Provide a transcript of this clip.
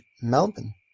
Melbourne